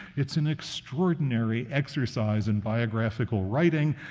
it's an extraordinary exercise in biographical writing,